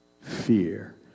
fear